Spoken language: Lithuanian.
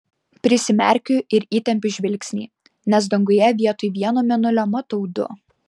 prisimerkiu ir įtempiu žvilgsnį nes danguje vietoj vieno mėnulio matau du